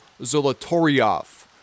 Zolotoryov